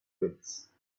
pits